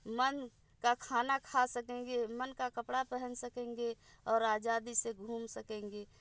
का खाना खा सकेंगे मन का कपड़ा पहन सकेंगे और आज़ादी से घूम सकेंगे